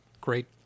great